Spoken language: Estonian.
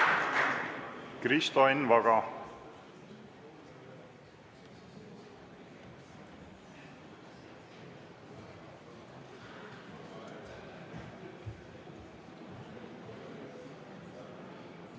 Kristo Enn Vaga,